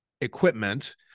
equipment